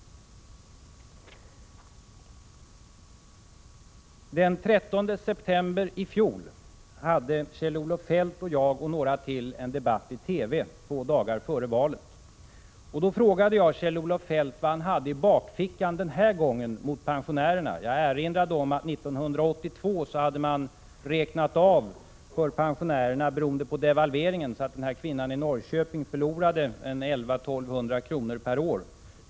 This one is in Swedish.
Den 13 september i fjol hade Kjell-Olof Feldt och jag och några till en debatt i TV. Det var två dagar före valet. Då frågade jag Kjell-Olof Feldt vad han hade i bakfickan mot pensionärerna den här gången. Jag erinrade om att man 1982 hade räknat av devalveringseffekten från pensionerna, så att kvinnan i Norrköping förlorade 1 100—1 200 kr. per år.